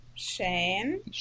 Shane